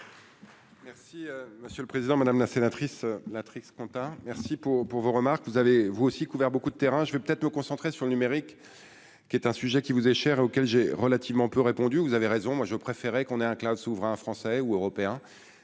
Merci monsieur le président, madame la sénatrice la triste compta merci pour pour vos remarques, vous avez vous aussi couvert beaucoup de terrain, je vais peut-être me concentrer sur le numérique, qui est un sujet qui vous est cher et auquel j'ai relativement peu répondu : vous avez raison, moi je préférerais qu'on ait un souverain français ou européen,